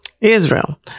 Israel